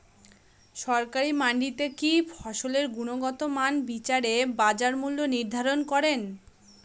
সরকারি মান্ডিতে কি ফসলের গুনগতমান বিচারে বাজার মূল্য নির্ধারণ করেন?